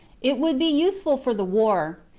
it would be useful for the war,